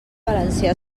valencià